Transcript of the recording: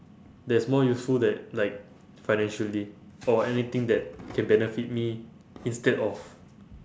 that's more useful that like financially for anything that can benefit me instead of